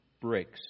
breaks